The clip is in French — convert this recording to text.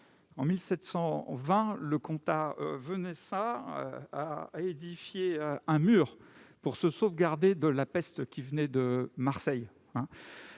En 1720, le Comtat Venaissin a édifié un mur pour se prémunir de la peste qui venait de Marseille.